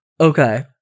Okay